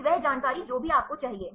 फिर वह जानकारी जो भी आपको चाहिए